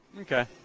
Okay